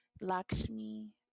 Lakshmi